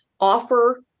offer